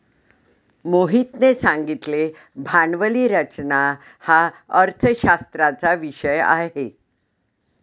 मोहितने सांगितले भांडवली रचना हा अर्थशास्त्राचा विषय आहे